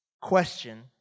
question